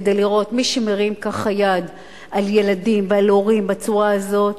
מי שמרים ככה יד על ילדים ועל הורים בצורה הזאת,